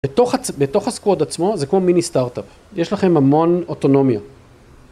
בתוך הסקווד עצמו זה כמו מיני סטארט-אפ, יש לכם המון אוטונומיה.